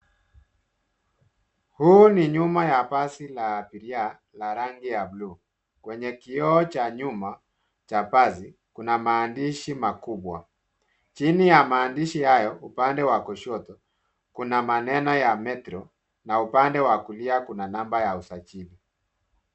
Huu ni nyuma ya basi la abiria la rangi ya bluu. Kwenye kioo cha nyuma cha basi, kuna maandishi makubwa. Chini ya maandishi hayo upande wa kushoto, kuna maneno ya metro na upande wa kulia kuna namba ya usajili.